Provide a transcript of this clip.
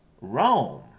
Rome